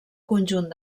conjunt